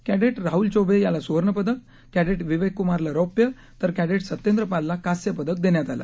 cadet Rahul Chaubey याला सुवर्ण पदक कॅडेट विवेक कुमारला रौप्य तर कॅडेट सत्येंद्र पालला कास्य पदक देण्यात आलं